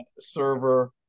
server